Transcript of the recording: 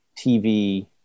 TV